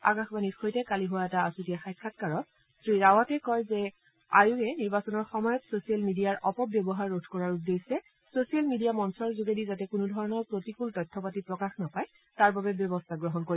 আকাশবাণীৰ সৈতে কালি হোৱা এটা আছুঠীয়া সাক্ষাৎকাৰত শ্ৰীৰাৰটে কয় যে আয়োগে নিৰ্বাচনৰ সময়ত ছ'চিয়েল মিডিয়াৰ অপব্যৱহাৰ ৰোধ কৰাৰ উদ্দেশ্যে ছচিয়েল মিডিয়া মঞ্চৰ যোগেদি যাতে কোনোধৰণৰ প্ৰতিকূল তথ্যপাতি প্ৰকাশ নাপায় তাৰ বাবে ব্যৱস্থা গ্ৰহণ কৰিব